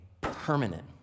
permanent